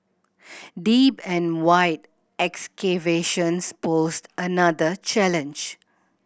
deep and wide excavations posed another challenge